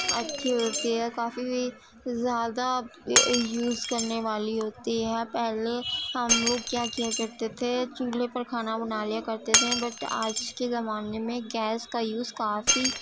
اچھی ہوتی ہے کافی زیادہ یوز کرنے والی ہوتی ہے پہلے ہم لوگ کیا کیا کرتے تھے چولہے پر کھانا بنا لیا کرتے تھے بٹ آج کے زمانے میں گیس کا یوز کافی